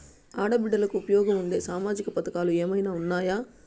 ఆడ బిడ్డలకు ఉపయోగం ఉండే సామాజిక పథకాలు ఏమైనా ఉన్నాయా?